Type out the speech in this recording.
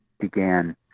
Began